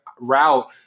route